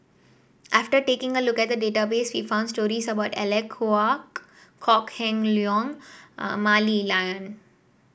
after taking a look at the database we found stories about Alec Kuok Kok Heng Leun and Mah Li Lian